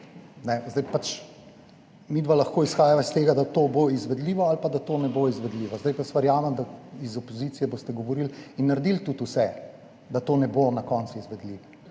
midva lahko izhajava iz tega, da to bo izvedljivo ali pa da to ne bo izvedljivo. Zdaj pa jaz verjamem, da iz opozicije boste govorili in naredili tudi vse, da to ne bo na koncu izvedljivo,